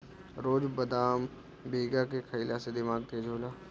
रोज बदाम भीगा के खइला से दिमाग तेज होला